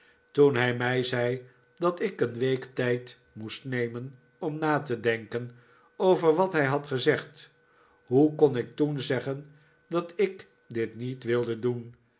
toen hij mij zei dat ik een week tijd moest nemen om na te denken over wat hij had gezegd hoe kon ik toen zeggen dat ik dit niet wilde doen